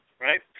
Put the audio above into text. right